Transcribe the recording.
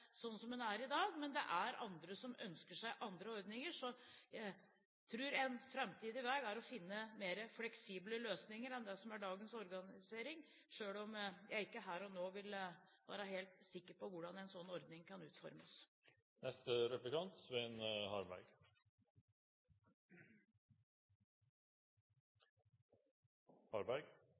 er i dag. Men det er andre som ønsker seg andre ordninger. Så jeg tror en fremtidig vei er å finne mer fleksible løsninger enn dagens organisering, selv om jeg her og nå ikke vil være helt sikker på hvordan en slik ordning kan utformes.